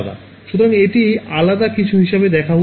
সুতরাং এটি আলাদা কিছু হিসাবে দেখা উচিত